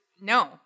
No